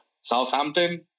Southampton